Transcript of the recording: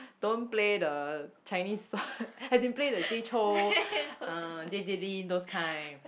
don't play the Chinese song as in play the Jay Chou uh J J lin those kind